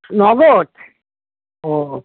নগদ ও